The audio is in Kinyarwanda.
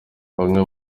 bimwe